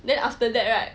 then after that right